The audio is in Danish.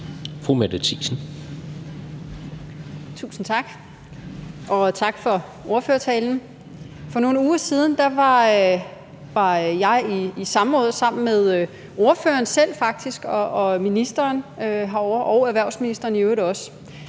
Mette Thiesen (NB): Tusind tak, og tak for ordførertalen. For nogle uger siden var jeg i samråd sammen med ordføreren selv faktisk og udlændinge- og integrationsministeren – og erhvervsministeren i øvrigt også.